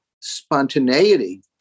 spontaneity